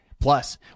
Plus